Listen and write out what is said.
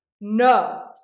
no